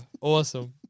Awesome